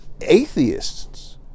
atheists